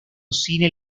cine